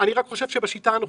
אני רק חושב שבשיטה הנוכחית,